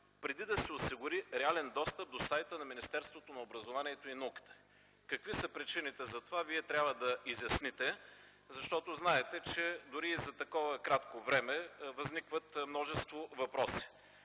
преди да се осигури реален достъп до сайта на Министерството на образованието, младежта и науката. Какви са причините за това, Вие трябва да изясните. Защото знаете, че дори и за такова кратко време възникват множество въпроси.